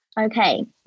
Okay